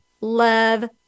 love